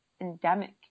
endemic